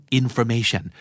information